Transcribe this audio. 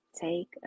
Take